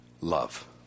love